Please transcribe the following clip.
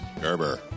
Gerber